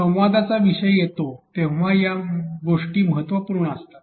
संवादाचा विषय येतो तेव्हा या गोष्टी महत्त्वपूर्ण असतात